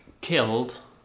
killed